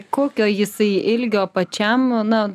kokio jisai ilgio pačiam na